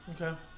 Okay